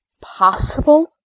possible